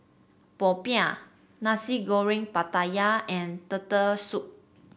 popiah Nasi Goreng Pattaya and Turtle Soup